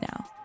now